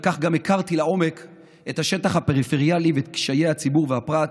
וכך גם הכרתי לעומק את השטח הפריפריאלי ואת קשיי הציבור והפרט,